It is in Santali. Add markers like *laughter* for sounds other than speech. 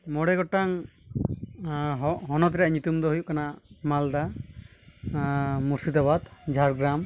ᱢᱚᱬᱮ ᱜᱚᱴᱟᱝ *unintelligible* ᱦᱚᱱᱚᱛ ᱨᱮᱭᱟᱜ ᱧᱩᱛᱩᱢ ᱫᱚ ᱦᱩᱭᱩᱜ ᱠᱟᱱᱟ ᱢᱟᱞᱫᱟ ᱢᱩᱨᱥᱤᱫᱟᱵᱟᱫᱽ ᱡᱷᱟᱲᱜᱨᱟᱢ